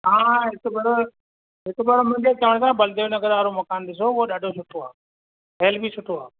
हा हा हिक भेरो हिकु भेरो मुंहिंजे चवण सां बलदेव नगर वारो मकान ॾिसो उहो ॾाढो सुठो आहे ठहियल बि सुठो आहे